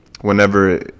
whenever